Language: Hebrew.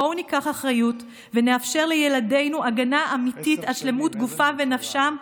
בואו ניקח אחריות ונאפשר לילדינו הגנה אמיתית על שלמות גופם ונפשם,